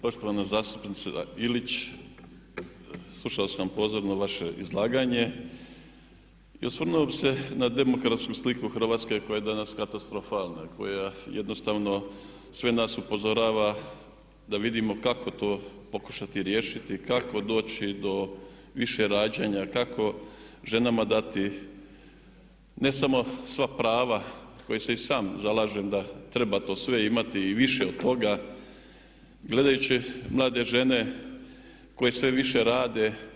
Poštovana zastupnice Ilić, slušao sam pozorno vaše izlaganje i osvrnuo bih se na demografsku sliku Hrvatske koja je danas katastrofalna, koja jednostavno sve nas upozorava da vidimo kako to pokušati riješiti, kako doći do više rađanja, kako ženama dati ne samo sva prava koje se i sam zalažem da treba to sve imati i više od toga, gledajući mlade žene koje sve više rade.